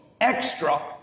extra